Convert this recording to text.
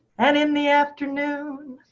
and in the afternoon.